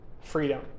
freedom